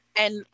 And-